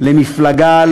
של מפלגה,